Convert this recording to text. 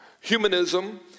Humanism